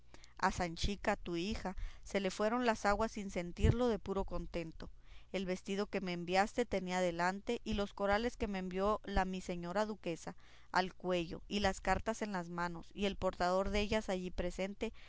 a sanchica tu hija se le fueron las aguas sin sentirlo de puro contento el vestido que me enviaste tenía delante y los corales que me envió mi señora la duquesa al cuello y las cartas en las manos y el portador dellas allí presente